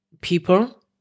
people